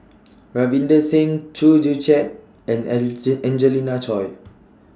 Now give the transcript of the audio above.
Ravinder Singh Chew Joo Chiat and Angelina Choy